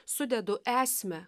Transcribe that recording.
sudedu esmę